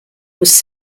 was